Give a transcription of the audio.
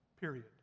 period